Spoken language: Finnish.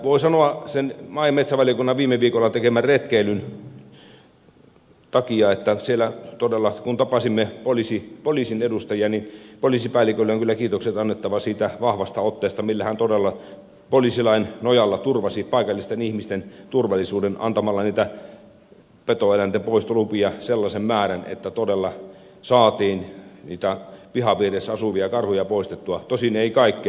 voi sanoa sen maa ja metsätalousvaliokunnan viime viikolla tekemän retkeilyn pohjalta kun tapasimme poliisin edustajia että siellä todella poliisipäällikölle on kyllä kiitokset annettava siitä vahvasta otteesta millä hän poliisilain nojalla turvasi paikallisten ihmisten turvallisuuden antamalla petoeläinten poistolupia sellaisen määrän että todella saatiin niitä pihapiireissä asuvia karhuja poistettua tosin ei kaikkia